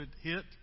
hit